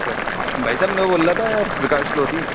जा भाई साहब मैं बोल रहा था यार प्रकाश लोधी